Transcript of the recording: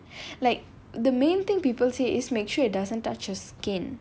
but I don't know if I should bea~ like the main thing people say is make sure it doesn't touch your skin